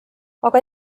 aga